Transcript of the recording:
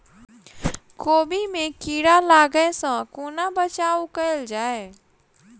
कोबी मे कीड़ा लागै सअ कोना बचाऊ कैल जाएँ?